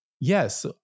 yes